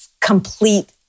complete